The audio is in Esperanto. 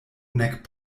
nek